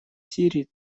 сирии